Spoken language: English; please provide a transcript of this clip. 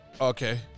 Okay